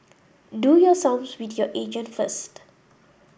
do your sums with your agent first